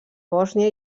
bòsnia